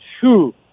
two